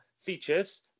features